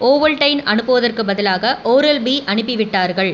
Ovaltine அனுப்புவதற்குப் பதிலாக oral B அனுப்பிவிட்டார்கள்